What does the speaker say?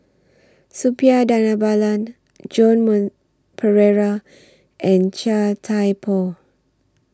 Suppiah Dhanabalan Joan Moon Pereira and Chia Thye Poh